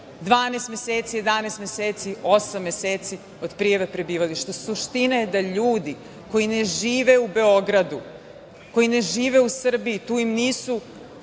12 meseci, 11 meseci, osam meseci od prijave prebivališta. Suština je da ljudi koji ne žive u Beogradu, koji ne žive u Srbiji, tu im nisu,